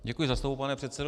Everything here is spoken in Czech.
Děkuji za slovo, pane předsedo.